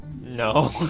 No